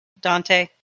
Dante